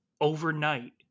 overnight